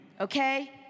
Okay